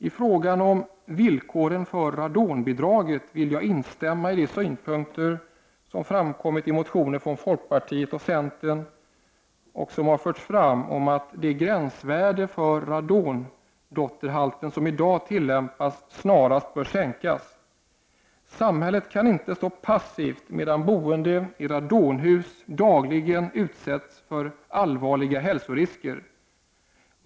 I fråga om villkoren för radonbidraget vill jag instämma i de synpunkter som framkommit i motioner från folkpartiet och centern, att det gränsvärde för radondotterhalten som i dag tillämpas snararast bör sänkas. Samhället kan inte stå passivt medan boende i radonhus dagligen utsätts för allvarliga hälsorisker.